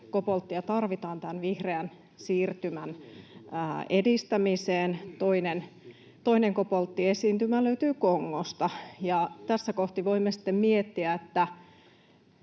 kobolttia tarvitaan vihreän siirtymän edistämiseen. Toinen kobolttiesiintymä löytyy Kongosta, ja tässä kohti voimme sitten miettiä,